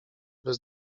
bez